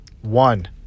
One